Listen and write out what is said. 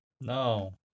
No